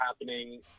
happening